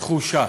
תחושה